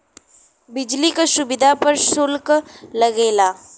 बिजली क सुविधा पर सुल्क लगेला